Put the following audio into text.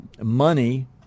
money